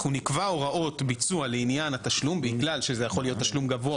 אנחנו נקבע הוראות ביצוע לעניין התשלום בגלל שזה יכול להיות תשלום גבוה